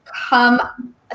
come